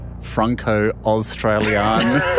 Franco-Australian